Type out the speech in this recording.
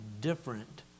different